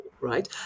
right